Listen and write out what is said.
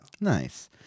Nice